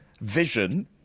vision